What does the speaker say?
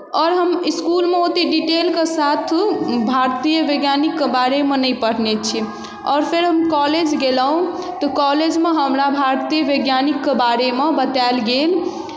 आओर हम इस्कुलमे ओतेक डिटेलके साथ भारतीय वैज्ञानिकके बारेमे नहि पढ़ने छियै आओर फेर हम कॉलेज गेलहुँ तऽ कॉलेजमे हमरा भारतीय वैज्ञानिकके बारेमे बतायल गेल